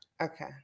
Okay